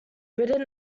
written